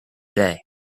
day